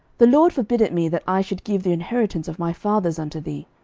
the lord forbid it me, that i should give the inheritance of my fathers unto thee.